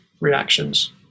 reactions